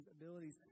abilities